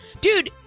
Dude